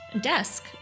desk